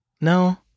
No